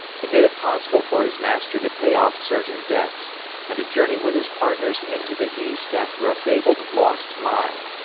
he made it possible for his master to pay off certain debts and to journey with his partners into the east after a fabled lost mine,